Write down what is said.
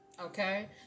Okay